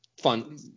fun